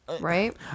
right